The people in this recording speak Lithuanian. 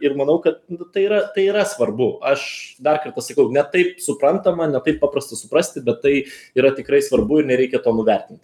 ir manau kad tai yra tai yra svarbu aš dar kartą sakau ne taip suprantama ne taip paprasta suprasti bet tai yra tikrai svarbu ir nereikia to nuvertint